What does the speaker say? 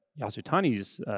Yasutani's